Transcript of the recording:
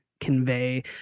convey